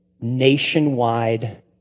nationwide